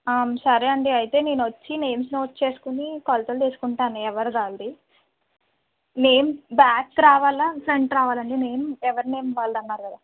సరే అండి అయితే నేను వచ్చి నేమ్స్ నోట్ చేసుకుని కొలతలు తీసుకుంటాను ఎవరిది వాళ్ళది నేమ్స్ బ్యాక్ రావాలా ఫ్రంట్ రావాలా అండి నేమ్ ఎవరి నేమ్ వాళ్ళది అన్నారు కదా